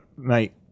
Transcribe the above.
mate